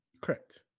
correct